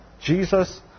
Jesus